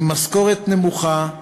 עם משכורת נמוכה,